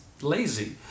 lazy